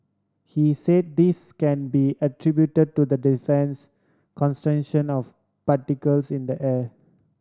he said this can be attribute to the dense concentration of particles in the air